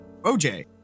OJ